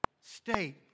state